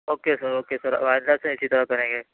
okay sir okay sir اب آئندہ سے اِسی طرح کریں گے